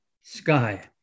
sky